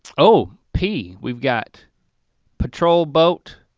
oh, p, we've got patrol boat.